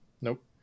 Nope